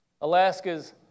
Alaska's